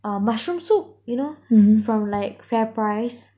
uh mushroom soup you know from like FairPrice